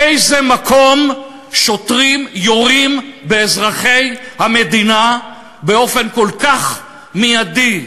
באיזה מקום שוטרים יורים באזרחי המדינה באופן כל כך מיידי,